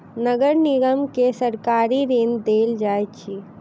नगर निगम के सरकारी ऋण देल जाइत अछि